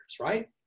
right